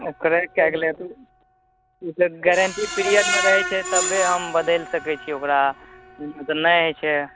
ओ crack कै गेलै तऽ गैरेन्टी पीरियडमे रहैत छै तबे हम बदलि सकैत छी ओकरा एना तऽ नहि होइ छै